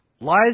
Lies